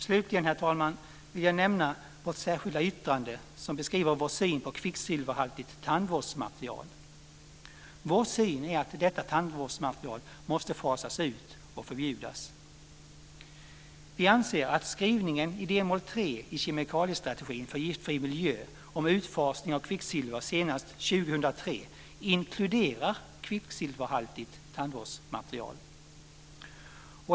Slutligen, herr talman, vill jag nämna vårt särskilda yttrande som beskriver vår syn på kvicksilverhaltigt tandvårdsmaterial. Vår syn är att detta tandvårdsmaterial måste fasas ut och förbjudas. Vi anser att skrivningen i delmål tre i kemikaliestrategin för giftfri miljö om utfasning av kvicksilver senast 2003 inkluderar kvicksilverhaltigt tandvårdsmaterial.